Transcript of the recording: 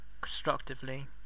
constructively